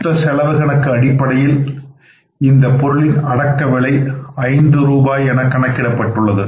மொத்த செலவு கணக்கு அடிப்படையில் இந்த பொருளின் அடக்கவிலைஐந்து ரூபாய் எனக் கணக்கிடப்பட்டுள்ளது